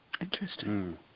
Interesting